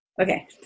Okay